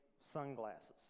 sunglasses